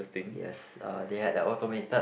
yes uh they had a automated